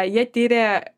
jie tyrė